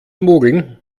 mogeln